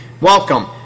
Welcome